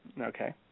Okay